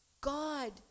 God